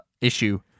issue